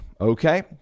okay